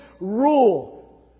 rule